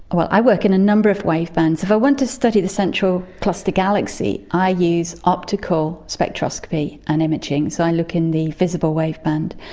i work in a number of wavebands. if i want to study the central cluster galaxy, i use optical spectroscopy and imaging, so i look in the visible waveband.